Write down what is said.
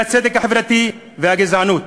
אי-הצדק החברתי והגזענות.